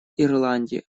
ирландии